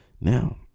now